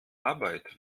arbeit